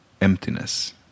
emptiness